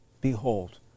Behold